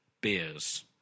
beers